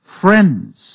friends